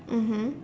mmhmm